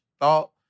thought